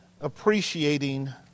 appreciating